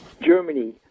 Germany